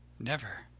never!